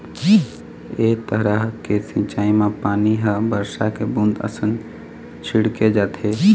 ए तरह के सिंचई म पानी ह बरसा के बूंद असन छिड़के जाथे